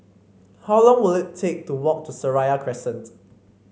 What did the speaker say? how long will it take to walk to Seraya Crescent